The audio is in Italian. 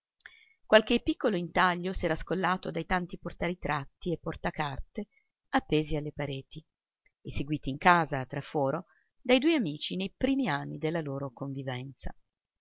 qualche piccolo intaglio s'era scollato dai tanti porta-ritratti e porta-carte appesi alle pareti eseguiti in casa a traforo dai due amici nei primi anni della loro convivenza